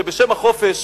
שבשם החופש